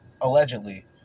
allegedly